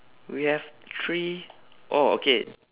we have three oh okay